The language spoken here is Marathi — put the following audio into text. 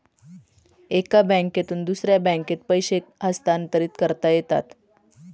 एका बँकेतून दुसऱ्या बँकेत पैसे कसे हस्तांतरित करता येतात?